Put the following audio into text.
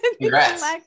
congrats